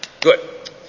Good